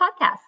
podcast